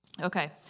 Okay